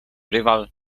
rywal